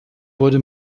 wurde